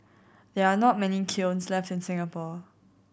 there are not many kilns left in Singapore